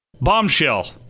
bombshell